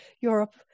Europe